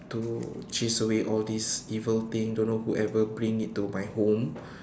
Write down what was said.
to chase away all this evil thing don't know whoever bring it to my home